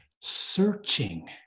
searching